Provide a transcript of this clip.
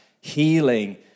healing